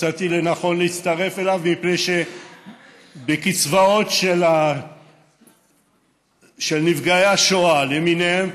מצאתי לנכון להצטרף אליו מפני שבקצבאות של נפגעי השואה למיניהם,